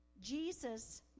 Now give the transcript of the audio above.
Jesus